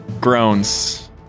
groans